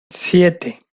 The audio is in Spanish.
siete